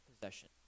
possession